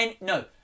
No